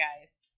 guys